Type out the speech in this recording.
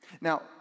Now